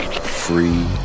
Free